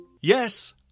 Yes